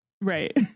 Right